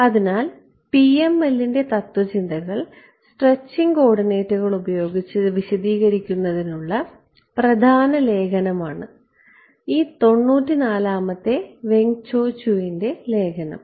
അതിനാൽ PML ന്റെ തത്ത്വചിന്തകൾ സ്ട്രെച്ചിംഗ് കോർഡിനേറ്റുകൾ ഉപയോഗിച്ച് വിശദീകരിക്കുന്നതിനുള്ള പ്രധാന ലേഖനം ആണ് ഈ 94 ാമത്തെ വെംഗ് ചോ ച്യൂവിന്റെ ലേഖനം